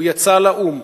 הוא יצא לאו"ם,